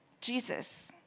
Jesus